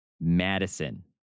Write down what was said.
Madison